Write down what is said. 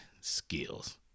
skills